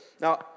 Now